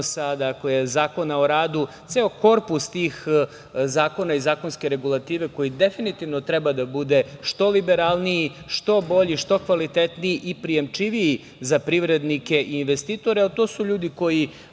odnosa, Zakona o radu, ceo korpus tih zakona i zakonske regulative koji definitivno treba da bude što liberalniji, što bolji, što kvalitetniji i prijam čiviji za privrednike i investitore, jer to su ljudi koji